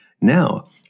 Now